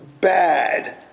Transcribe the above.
bad